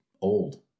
old